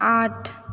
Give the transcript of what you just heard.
आठ